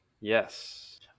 Yes